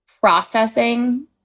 processing